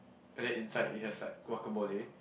and then inside it has like guacamole